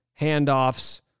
handoffs